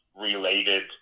related